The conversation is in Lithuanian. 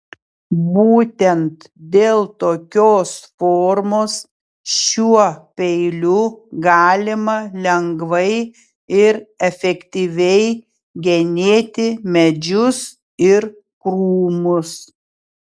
būtent dėl tokios formos šiuo peiliu galima lengvai ir efektyviai genėti medžius ir krūmus